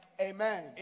amen